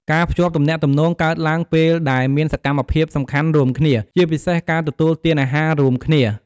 ការភ្ជាប់ទំនាក់ទំនង កើតឡើងពេលដែលមានសកម្នភាពសំខាន់រួមគ្នា ជាពិសេសការទទួលទានអាហាររួមគ្នា ។